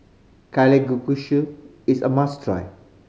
Kalguksu is a must try